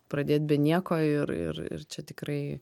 pradėti be nieko ir ir ir čia tikrai